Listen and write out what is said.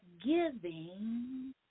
giving